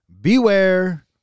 Beware